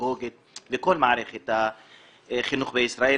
הפדגוגית לכל מערכת החינוך בישראל,